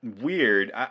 weird